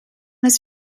his